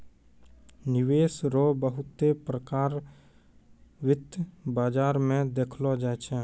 निवेश रो बहुते प्रकार वित्त बाजार मे देखलो जाय छै